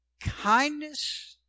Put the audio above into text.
kindness